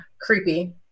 creepy